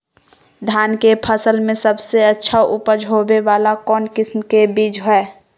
धान के फसल में सबसे अच्छा उपज होबे वाला कौन किस्म के बीज हय?